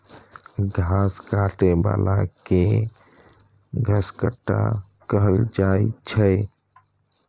घास काटै बला कें घसकट्टा कहल जाइ छै